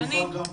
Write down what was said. אדוני,